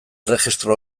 erregistro